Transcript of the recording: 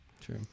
True